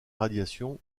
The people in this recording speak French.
radiations